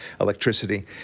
electricity